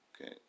okay